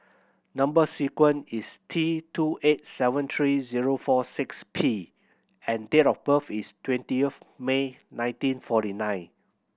number sequence is T two eight seven three zero four six P and date of birth is twenty of May nineteen forty nine